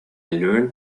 learned